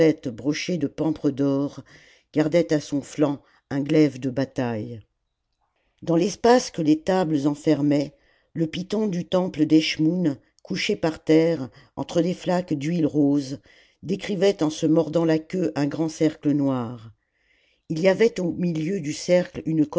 brochée de pampres d'or gardait à son flanc un glaive de bataille dans l'espace que les tables enfermaient le pjthon du temple d'eschmoûn couché par terre entre des flaques d'huile rose décrivait en se mordant la queue un grand cercle noir ii y avait au milieu du cercle